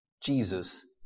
Jesus